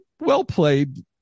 well-played